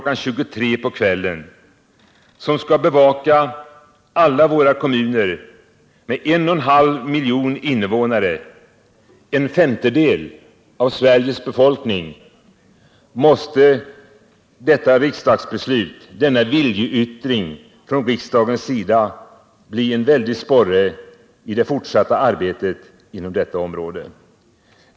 23.00 på kvällen, som skall bevaka alla våra kommuner med 1,5 miljoner invånare, en femtedel av Sveriges befolkning, måste detta riksdagsbeslut, denna viljeyttring från riksdagens sida bli en väldig sporre för det fortsatta arbetet på detta område.